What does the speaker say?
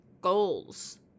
goals